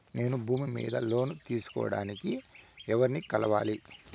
నేను భూమి మీద లోను తీసుకోడానికి ఎవర్ని కలవాలి?